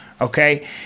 okay